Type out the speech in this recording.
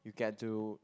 you get to